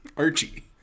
Archie